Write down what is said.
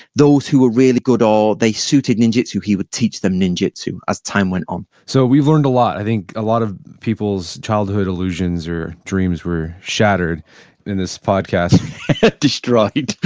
those who were really good or they suited ninjutsu, he would teach them ninjutsu as time went on so we've learned a lot. i think a lot of people's childhood illusions or dreams were shattered in this podcast destroyed.